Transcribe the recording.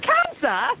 Cancer